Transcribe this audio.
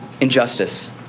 Injustice